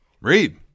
Read